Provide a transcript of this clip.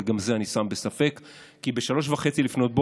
אבל גם בזה אני בספק כי ב-3:30 כנראה